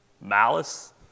malice